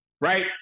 right